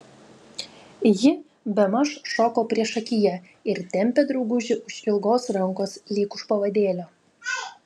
ji bemaž šoko priešakyje ir tempė draugužį už ilgos rankos lyg už pavadėlio